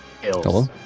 Hello